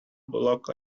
block